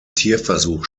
tierversuch